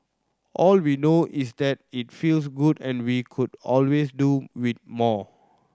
all we know is that it feels good and we could always do with more